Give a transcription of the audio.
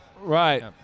Right